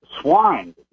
Swine